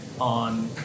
on